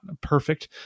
perfect